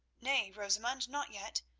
nay, rosamund, not yet.